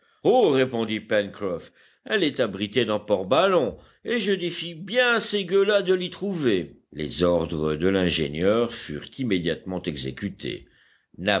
répondit pencroff elle est abritée dans port ballon et je défie bien ces gueux-là de l'y trouver les ordres de l'ingénieur furent immédiatement exécutés